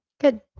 Good